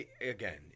again